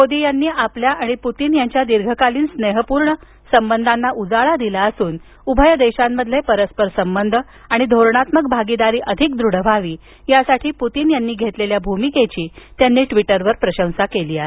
मोदी यांनी आपल्या आणि पुतीन यांच्या दीर्घकालीन स्नेहपूर्ण संबंधांना उजाळा दिला असून उभय देशांमधील परस्पर संबंध आणि धोरणात्मक भागीदारी अधिक दृढ व्हावी यासाठी पुतीन यांनी घेतलेल्या भूमिकेची त्यांनी ट्विटरवर प्रशंसा केली आहे